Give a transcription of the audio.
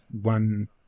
one